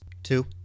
two